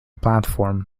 platform